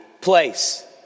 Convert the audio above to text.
place